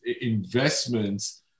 investments